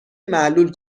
معلول